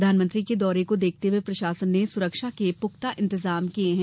प्रधानमंत्री के दौरे को देखते हुए प्रशासन ने सुरक्षा के पुख्ता इंतजाम किये हैं